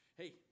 Hey